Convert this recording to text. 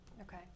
Okay